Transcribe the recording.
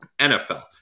NFL